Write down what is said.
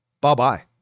bye-bye